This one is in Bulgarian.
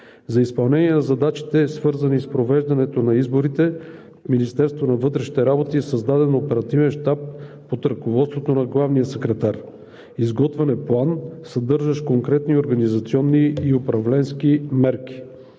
За изпълнение на задачите, свързани с провеждането на изборите, в Министерството на вътрешните работи е създаден оперативен щаб под ръководството на главния секретар. Изготвен е план, съдържащ конкретни организационни и управленски мерки.